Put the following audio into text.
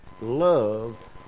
love